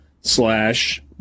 slash